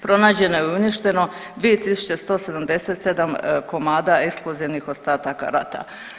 Pronađeno je i uništeno 2177 komada eksplozivnih ostataka rata.